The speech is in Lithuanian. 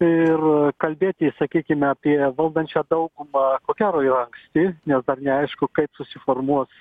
ir kalbėti sakykime apie valdančią daugumą ko gero yra anksti nes dar neaišku kaip susiformuos